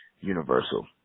universal